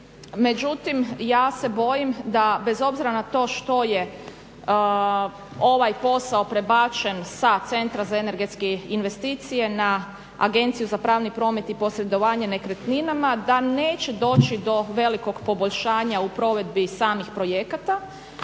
međutim ja se bojim da bez obzira na to što je ovaj posao prebačen sa Centra za energetske investicije na Agenciju za pravni promet i posredovanje nekretninama da neće doći do velikog poboljšanja u provedbi samih projekata,